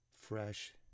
fresh